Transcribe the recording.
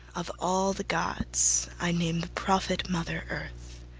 of all the gods i name the prophet mother earth